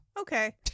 okay